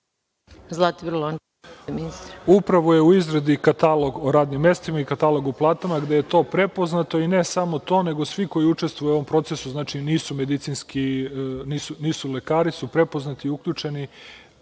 **Zlatibor Lončar** Upravo je u izradi katalog o radnim mestima i katalog o platama gde je to prepoznato i ne samo to, nego i svi koji učestvuju u ovom procesu, znači nisu lekari, su prepoznati, uključeni